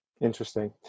Interesting